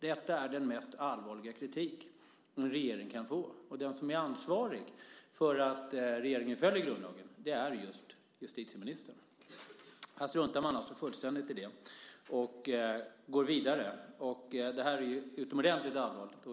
Detta är den mest allvarliga kritik som en regering kan få, och den som är ansvarig för att regeringen följer grundlagen är just justitieministern. Här struntar man alltså fullständigt i det och går vidare. Det är utomordentligt allvarligt.